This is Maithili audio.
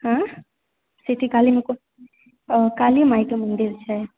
आयँ सिटी कालीमे कोन ओ काली मायके मंदिर छै